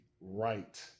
right